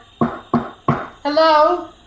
Hello